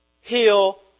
heal